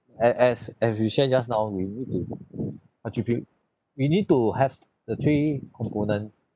as as as we shared just now we need to contribute we need to have the three component